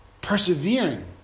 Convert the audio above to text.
persevering